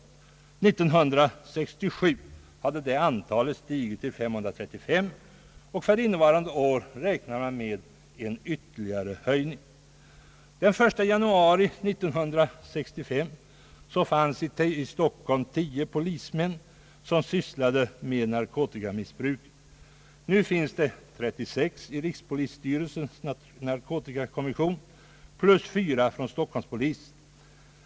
år 1967 hade antalet stigit till 535 och för innevarande år räknar man med en ytterligare höjning. Den 1 januari 1965 fanns i Stockholm tio polismän som sysslade med fall rörande narkotikamissbruk. Nu är det 32 befattningshavare i = rikspolisstyrelsens narkotikakommission plus fyra från stockholmspolisen som är sysselsatta med detta problem.